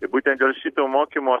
tai būtent dėl šito mokymo